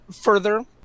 further